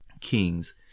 Kings